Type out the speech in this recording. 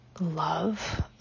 love